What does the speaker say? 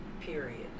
Period